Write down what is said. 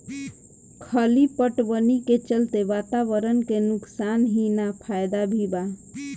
खली पटवनी के चलते वातावरण के नुकसान ही ना फायदा भी बा